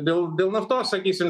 dėl dėl naftos sakysim